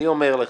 אני אומר לך,